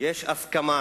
יש הסכמה